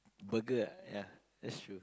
burger ah ya that's true